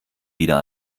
wieder